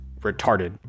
retarded